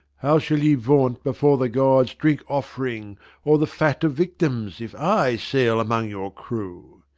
how shall ye vaunt before the gods drink-offering or the fat of victims, if i sail among your crew?